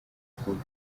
imfubyi